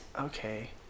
Okay